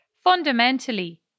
fundamentally